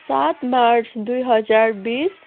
सात मार्च दुई हजार बिस